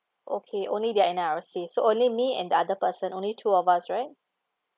okay only the N_R_I_C so only me and the other person only two of us right